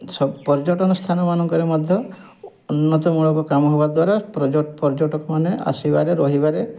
ସ ପର୍ଯ୍ୟଟନ ସ୍ଥାନମାମାଙ୍କରେ ମଧ୍ୟ ଉନ୍ନତିମୂଳକ କାମ ହବା ଦ୍ୱାରା ପ୍ରଯ ପର୍ଯ୍ୟଟକମାନେ ଆସିବାରେ ରହିବାରେ